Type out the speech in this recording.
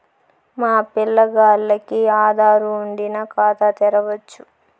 మా పిల్లగాల్లకి ఆదారు వుండిన ఖాతా తెరవచ్చు